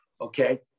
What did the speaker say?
okay